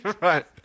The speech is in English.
Right